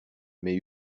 mais